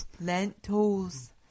Lentils